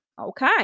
Okay